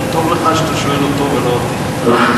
כן.